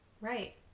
Right